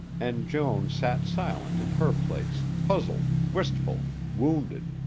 and joan sat silent in her place, puzzled, wistful, wounded,